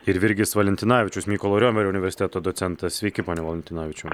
ir virgis valentinavičius mykolo riomerio universiteto docentas sveiki pone valentinavičiau